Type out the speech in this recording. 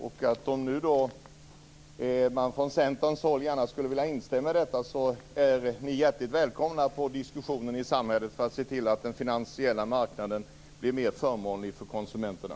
Om nu man från Centerns håll gärna skulle vilja instämma i detta är ni hjärtligt välkomna att se till att få en diskussion i samhället så att den finansiella marknaden blir mer förmånlig för konsumenterna.